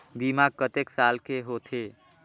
बीमा कतेक साल के होथे?